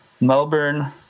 Melbourne